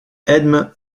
edme